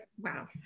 Wow